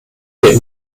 wird